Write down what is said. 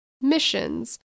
missions